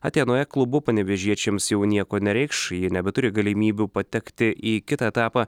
atėnų e klubu panevėžiečiams jau nieko nereikš jie nebeturi galimybių patekti į kitą etapą